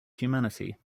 humanity